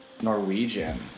Norwegian